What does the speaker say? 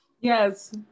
yes